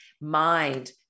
mind